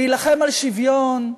להילחם על שוויון,